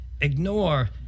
ignore